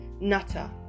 nutter